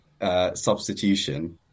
substitution